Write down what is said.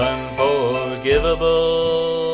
Unforgivable